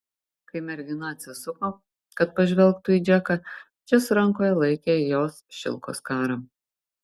kai mergina atsisuko kad pažvelgtų į džeką šis rankoje laikė jos šilko skarą